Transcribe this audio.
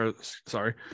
Sorry